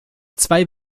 zwei